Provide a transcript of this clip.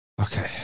Okay